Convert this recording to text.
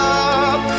up